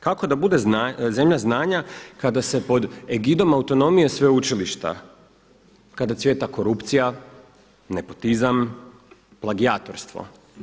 Kako da bude zemlja znanja kada se pod egidom autonomije sveučilišta kada cvjeta korupcija, nepotizam, plagijatorstvo.